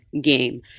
game